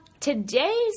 Today's